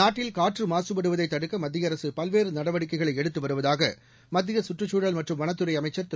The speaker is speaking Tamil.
நாட்டில் காற்று மாகபடுவதை தடுக்க மத்திய அரசு பல்வேறு நடவடிக்கைகளை எடுத்து வருவதாக மத்திய கற்றுச்சூழல் மற்றும் வனத்துறை அமைச்சர் திரு